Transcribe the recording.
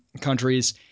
countries